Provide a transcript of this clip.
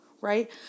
right